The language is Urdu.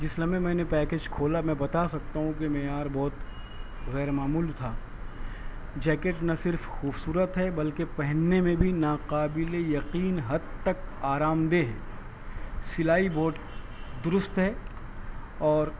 جس لمحے میں نے پیکج کھولا میں بتا سکتا ہوں کہ معیار بہت غیر معمولی تھا جیکٹ نہ صرف خوبصورت ہے بلکہ پہننے میں بھی ناقابل یقین حد تک آرام دہ ہے سلائی بوٹ درست ہے اور